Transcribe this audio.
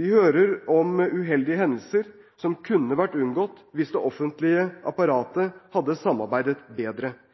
Vi hører om uheldige hendelser som kunne vært unngått hvis vi i det offentlige apparatet hadde samarbeidet bedre.